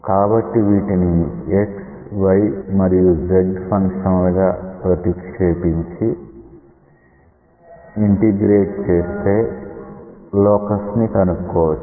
కాబట్టి వీటిని x y మరియు z ఫంక్షన్స్ గా ప్రతిక్షేపించి ఇంటిగ్రేట్ చేస్తే లోకస్ ని కనుక్కోవచ్చు